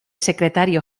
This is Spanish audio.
secretario